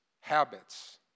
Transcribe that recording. habits